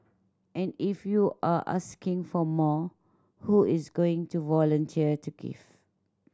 and if you are asking for more who is going to volunteer to give